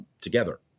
together